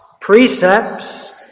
Precepts